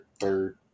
third